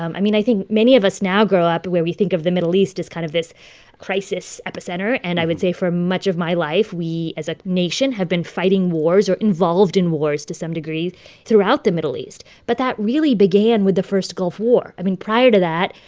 um i mean, i think many of us now grow up where we think of the middle east as kind of this crisis epicenter. and i would say for much of my life, we, as a nation, have been fighting wars or involved in wars to some degree throughout the middle east. but that really began with the first gulf war. i mean, prior to that,